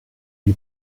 die